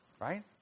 right